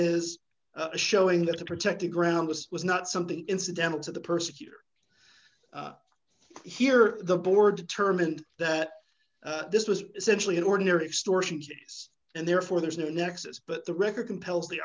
is showing that to protect the ground was was not something incidental to the persecutor here the board determined that this was essentially an ordinary extortion case and therefore there is no nexus but the record compels the